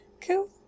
Cool